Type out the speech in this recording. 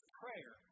prayer